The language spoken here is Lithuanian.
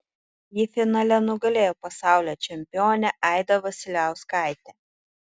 ji finale nugalėjo pasaulio čempionę aidą vasiliauskaitę